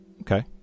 Okay